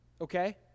Okay